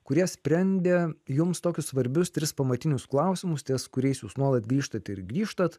kurie sprendė jums tokius svarbius tris pamatinius klausimus ties kuriais jūs nuolat grįžtat ir grįžtat